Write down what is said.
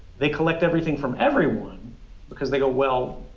they collect everything from everyone because they go, well,